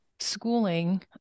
schooling